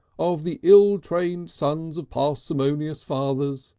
of the ill-trained sons of parsimonious fathers,